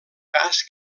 cas